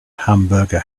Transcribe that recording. hamburger